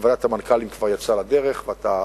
וועדת המנכ"לים כבר יצאה לדרך, ואתה